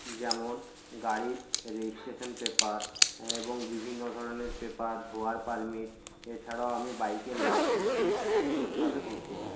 যেমন গাড়ির registration paper এবং বিভিন্ন ধরনের পেপার ধোঁয়ার পারমিট এছাড়াও আমি বাইকের লাইসেন্সটি ঠিকভাবে গুছিয়ে নিই